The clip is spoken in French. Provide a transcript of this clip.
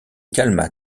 calma